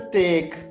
take